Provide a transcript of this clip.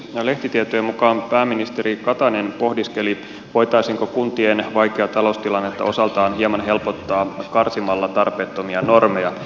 näin lehtitietojen mukaan pääministeri katainen pohdiskeli voitaisiinko kuntien vaikeaa taloustilannetta osaltaan hieman helpottaa karsimalla tarpeettomia normeja